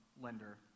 lender